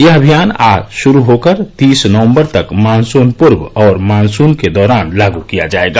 यह अभियान आज शुरू होकर तीस नवबर तक मॉनसून पूर्व और मॉनसून के दौरान लागू किया जाएगा